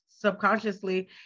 subconsciously